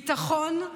ביטחון,